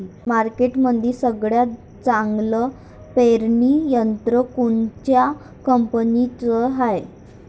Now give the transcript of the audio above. मार्केटमंदी सगळ्यात चांगलं पेरणी यंत्र कोनत्या कंपनीचं हाये?